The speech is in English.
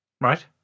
Right